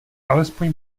alespoň